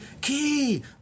key